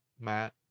Matt